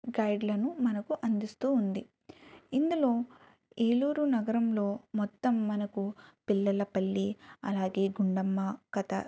గైడ్లను మనకు అందిస్తూ ఉంది ఇందులో ఏలూరు నగరంలో మొత్తం మనకు పిల్లలపళ్లి అలాగే గుండమ్మ కథ